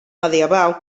medieval